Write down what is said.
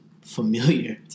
familiar